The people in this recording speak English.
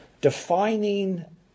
Defining